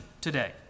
today